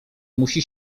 musi